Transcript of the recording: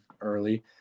early